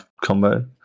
combo